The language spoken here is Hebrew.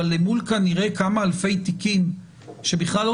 אבל למול כנראה כמה אלפי תיקים שבכלל לא